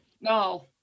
No